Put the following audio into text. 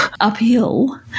uphill